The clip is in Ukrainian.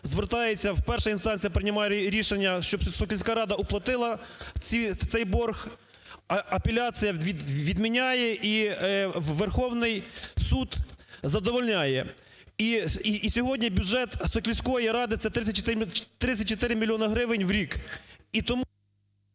звертається… перша інстанція приймає рішення, щоб Сокільська рада уплатила цей борг, апеляція відміняє і Верховний Суд задовольняє. І сьогодні бюджет Сокільської ради - це 34 мільйона гривень у рік